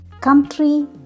country